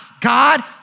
God